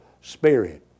spirit